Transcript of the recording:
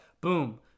boom